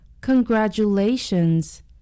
Congratulations